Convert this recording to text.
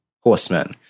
horsemen